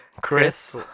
Chris